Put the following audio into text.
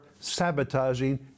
sabotaging